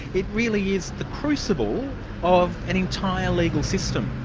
it really is the crucible of an entire legal system.